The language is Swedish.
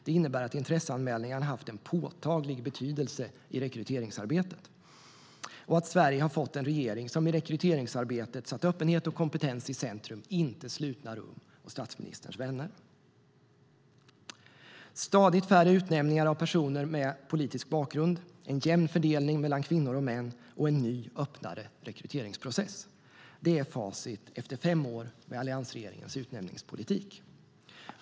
Det innebär att intresseanmälningarna har haft en påtaglig betydelse i rekryteringsarbetet och att Sverige har fått en regering som i rekryteringsarbetet satt öppenhet och kompetens i centrum, inte slutna rum och statsministerns vänner. Stadigt färre utnämningar av personer med politisk bakgrund, en jämn fördelning mellan kvinnor och män samt en ny, öppnare rekryteringsprocess är facit efter fem år med alliansregeringens utnämningspolitik.